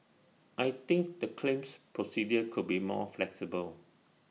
I think the claims procedure could be more flexible